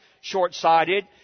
short-sighted